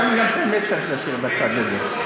לפעמים גם את האמת צריך להשאיר בצד הזה.